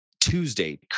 Tuesday